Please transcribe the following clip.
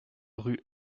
rue